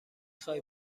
خوای